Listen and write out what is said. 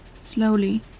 slowly